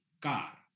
car